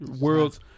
World's